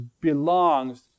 belongs